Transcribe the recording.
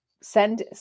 send